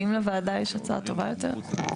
אם לוועדה יש הצעה טובה יותר.